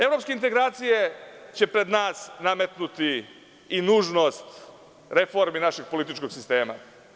Evropske integracije će pred nas nametnuti i nužnost reformi našeg političkog sistema.